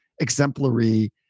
exemplary